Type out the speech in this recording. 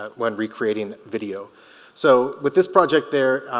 ah when recreating video so with this project they're